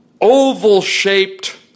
oval-shaped